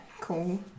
cool